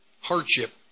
hardship